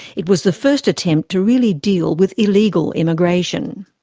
it was the first attempt to really deal with illegal immigration.